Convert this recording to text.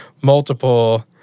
multiple